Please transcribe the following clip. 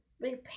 repair